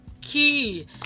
key